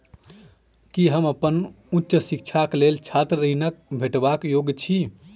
की हम अप्पन उच्च शिक्षाक लेल छात्र ऋणक भेटबाक योग्य छी?